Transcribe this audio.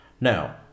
Now